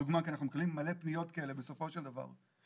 כדוגמה כי אנחנו מקבלים מלא פניות כאלה בסופו של דבר,